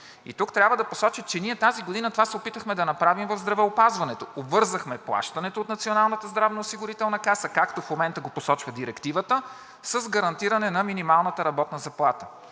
И тук трябва да посоча, че ние тази година това се опитахме да направим в здравеопазването – обвързахме плащането от Националната здравноосигурителна каса, както в момента го посочва Директивата, с гарантиране на минималната работна заплата.